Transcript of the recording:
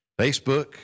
Facebook